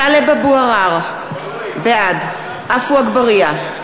טלב אבו עראר, בעד עפו אגבאריה,